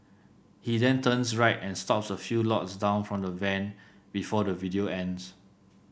he then turns right and stops a few lots down from the van before the video ends